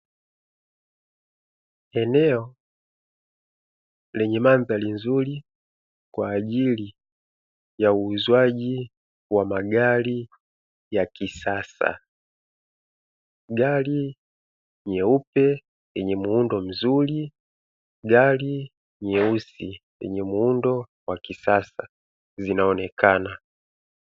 Eneo lenye mandhari nzuri kwa ajil ya uuzwajii wa magari ya kisasa, gari nyeupe yenye muundo mzuri, gari nyeusi lenye muundo wa kisasa zinaonekana.